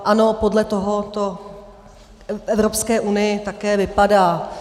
Ano, podle toho to v Evropské unii také vypadá.